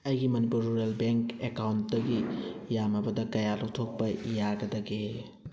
ꯑꯩꯒꯤ Manipur rural bank ꯑꯦꯀꯥꯎꯟꯇꯒꯤ ꯌꯥꯝꯃꯕꯗ ꯀꯌꯥ ꯂꯧꯊꯣꯛꯄ ꯌꯥꯒꯗꯒꯦ